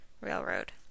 Railroad